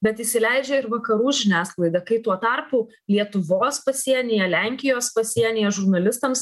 bet įsileidžia ir vakarų žiniasklaidą kai tuo tarpu lietuvos pasienyje lenkijos pasienyje žurnalistams